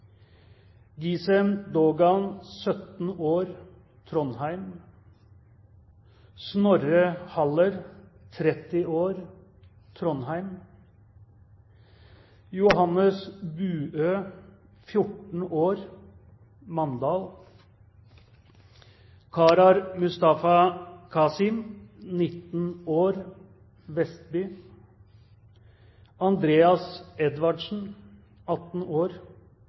17 år, Trondheim Snorre Haller, 30 år, Trondheim Johannes Buø, 14 år, Mandal Karar Mustafa Qasim, 19 år, Vestby Andreas Edvardsen, 18 år,